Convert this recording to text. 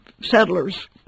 settlers